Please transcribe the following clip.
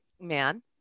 man